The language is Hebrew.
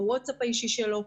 אם זה בווטסאפ האישי שלו.